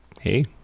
hey